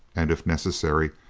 and, if necessary,